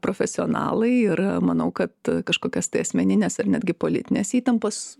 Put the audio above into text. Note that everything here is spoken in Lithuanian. profesionalai ir manau kad kažkokias asmenines ar netgi politines įtampas